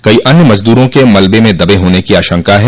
कई अन्य मजदूरों के मलबे में दबे होने की आशंका है